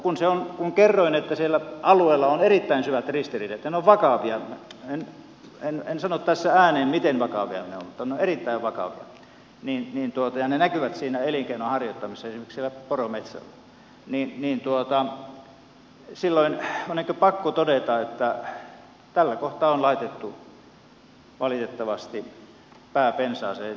kun kerroin että siellä alueella on erittäin syvät ristiriidat ja ne ovat vakavia en sano tässä ääneen miten vakavia ne ovat mutta ne ovat erittäin vakavia ja näkyvät siinä elinkeinon harjoittamisessa esimerkiksi siellä porometsällä silloin on ehkä pakko todeta että tällä kohtaa on laitettu valitettavasti pää pensaaseen